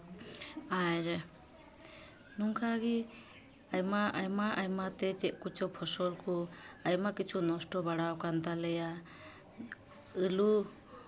ᱟᱨ ᱱᱚᱝᱠᱟᱜᱮ ᱟᱭᱢᱟ ᱟᱭᱢᱟ ᱛᱮ ᱪᱮᱫ ᱠᱚᱪᱚ ᱯᱷᱚᱥᱚᱞ ᱠᱚ ᱟᱭᱢᱟ ᱠᱤᱪᱷᱩ ᱱᱚᱥᱴᱚ ᱵᱟᱲᱟ ᱟᱠᱟᱱ ᱛᱟᱞᱮᱭᱟ ᱟᱹᱞᱩ